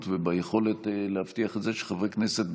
וביכולת להבטיח את זה שחברי הכנסת,